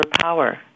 power